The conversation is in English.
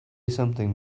something